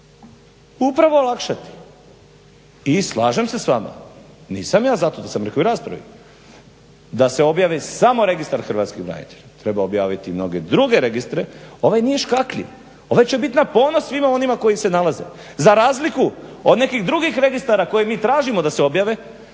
upravo olakšati. I slažem se s vama nisam ja zato to sam rekao i u raspravi da se objavi samo Registar hrvatskih branitelja. Treba objaviti i mnoge druge registre. Ovaj nije škakljiv ovaj će biti na ponos svima onima koji se nalaze za razliku od nekih drugih registara koji mi tražimo da se objave,